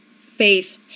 face